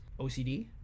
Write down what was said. ocd